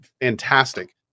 fantastic